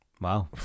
wow